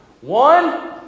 one